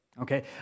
Okay